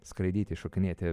skraidyti šokinėti